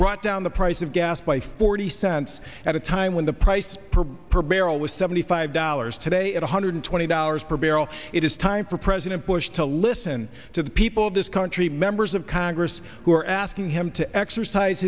brought down the price of gas by forty cents at a time when the price per barrel with seventy five dollars today at one hundred twenty dollars per barrel it is time for president bush to listen to the people of this country members of congress who are asking him to exercise